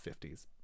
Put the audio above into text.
50s